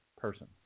person